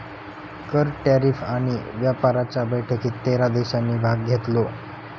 कर, टॅरीफ आणि व्यापाराच्या बैठकीत तेरा देशांनी भाग घेतलो